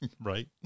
Right